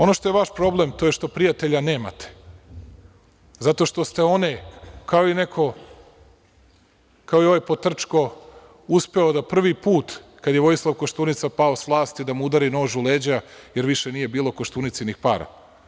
Ono što je vaš problem, to je što prijatelje nemate, zato što ste one, kao i ovaj potrčko, uspeo da prvi put, kada je Vojislav Koštunica pao sa vlasti, da mu udari nož u leđa jer više nije bilo Koštunicinih para.